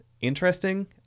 interesting